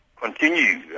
continue